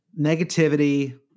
negativity